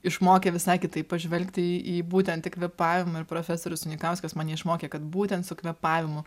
išmokė visai kitaip pažvelgti į į būtent į kvėpavimą ir profesorius unikauskas mane išmokė kad būtent su kvėpavimu